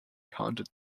handed